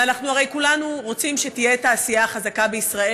ואנחנו כולנו הרי רוצים שתהיה תעשייה חזקה בישראל,